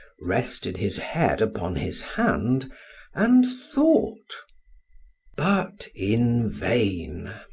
rested his head upon his hand and thought but in vain!